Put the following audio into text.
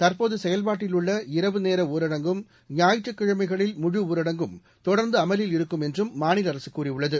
தற்போதுசெயல்பாட்டில் உள்ள இரவு நேரஊரடங்கும் ஞாயிற்றுக்கிழமைகளில் முழுஊரடங்கும் தொடர்ந்துஅமலில் இருக்கும் என்றும் மாநிலஅரசுகூறியுள்ளது